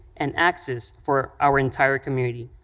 and access for our entire community.